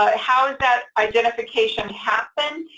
ah how does that identification happen?